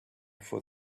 for